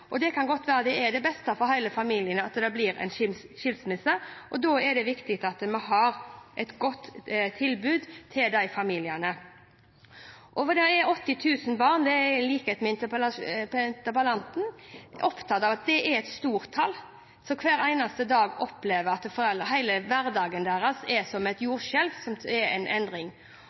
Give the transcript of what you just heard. Det kan godt være det er det beste for hele familien at det blir en skilsmisse, og da er det viktig at vi har et godt tilbud til disse familiene. Og 80 barn – i likhet med interpellanten, er jeg opptatt av at det er et stort antall barn som hver eneste dag opplever et jordskjelv i hverdagen sin, det blir en stor endring. Jeg er